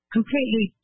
completely